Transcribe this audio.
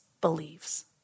believes